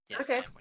Okay